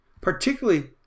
Particularly